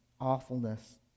awfulness